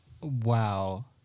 Wow